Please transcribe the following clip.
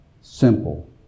simple